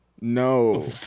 No